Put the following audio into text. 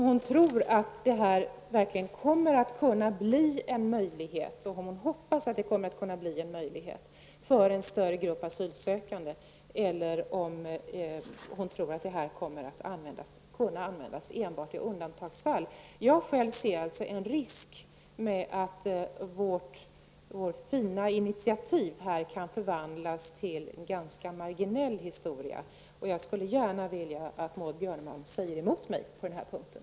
Hoppas hon att det kommer att kunna bli en möjlighet för en större grupp asylsökande eller tror hon att det kommer att kunna användas enbart i undantagsfall? Jag själv ser en risk med att vårt fina initiativ kan förvandlas till en ganska marginell historia. Jag skulle gärna vilja att Maud Björnemalm säger emot mig på den punkten.